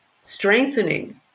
strengthening